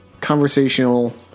conversational